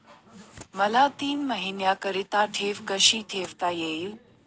मला तीन महिन्याकरिता ठेव कशी ठेवता येईल?